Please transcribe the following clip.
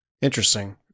Interesting